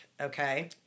okay